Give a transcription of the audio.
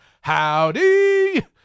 howdy